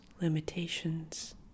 limitations